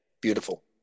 beautiful